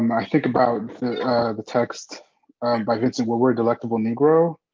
um i think about the text by vincent woodward, delectable negro,